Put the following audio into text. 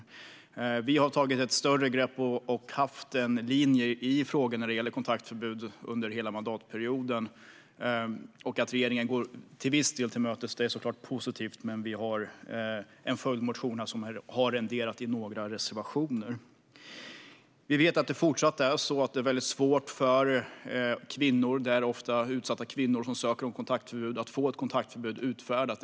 Elektronisk övervakning av kontaktförbud Vi har tagit ett större grepp och haft en linje i frågor som gäller kontaktförbud under hela mandatperioden. Att regeringen till viss del går oss till mötes är såklart positivt, men vi har en följdmotion som har renderat i några reservationer. Vi vet att det fortsatt är mycket svårt för kvinnor - det är ofta kvinnor som ansöker om kontaktförbud - att få ett kontaktförbud utfärdat.